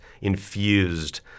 infused